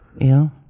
ill